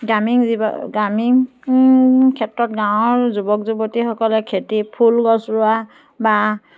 গ্ৰামীণ জীৱ গ্ৰামীণ ক্ষেত্ৰত গাঁৱৰ যুৱক যুৱতীসকলে খেতি ফুলগছ ৰোৱা বা